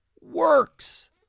works